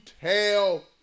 tell